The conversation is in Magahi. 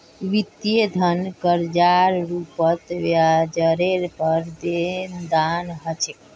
वित्तीय धन कर्जार रूपत ब्याजरेर पर देनदार ह छे